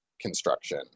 construction